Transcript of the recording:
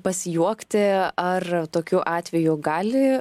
pasijuokti ar tokiu atveju gali